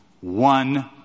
one